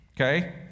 Okay